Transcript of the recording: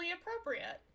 appropriate